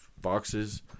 boxes